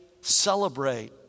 celebrate